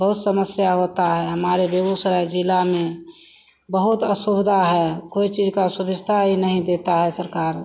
बहुत समस्या होती है हमारे बेगूसराय ज़िला में बहुत असुविधा है कोई चीज़ की सुविस्था ही नहीं देती है सरकार